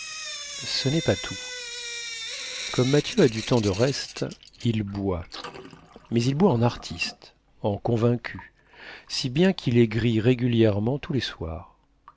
ce n'est pas tout comme mathieu a du temps de reste il boit mais il boit en artiste en convaincu si bien qu'il est gris régulièrement tous les soirs